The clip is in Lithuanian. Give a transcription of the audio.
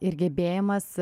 ir gebėjimas